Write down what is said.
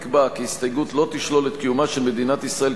נקבע כי הסתייגות לא תשלול את קיומה של מדינת ישראל